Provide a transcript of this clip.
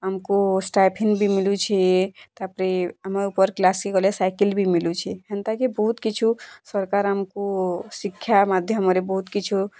ଆମକୁ ଷ୍ଟାଇଫିନ୍ ବି ମିଲୁଛେ ତାପରେ ଆମେ ଉପର୍ କ୍ଲାସ୍କେ ଗଲେ ସାଇକେଲ୍ ବି ମିଲୁଛେ ହେନ୍ତା କି ବହୁତ କିଛୁ ସରକାର ଆମକୁ ଶିକ୍ଷା ମାଧ୍ୟମରେ ବହୁତ କିଛୁ